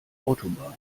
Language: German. autobahn